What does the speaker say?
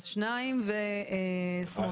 אז שניים וסמוטריץ'.